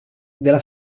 della